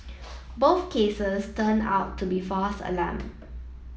both cases turned out to be false alarm